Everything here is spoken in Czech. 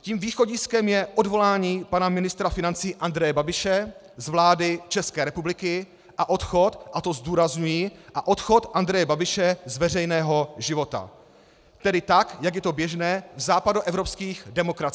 Tím východiskem je odvolání pana ministra financí Andreje Babiše z vlády České republiky a odchod a to zdůrazňuji a odchod Andreje Babiše z veřejného života, tedy tak jak je to běžné v západoevropských demokraciích.